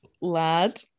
Lad